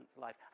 life